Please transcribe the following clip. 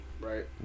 right